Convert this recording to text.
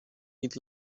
eat